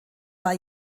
war